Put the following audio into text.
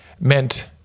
meant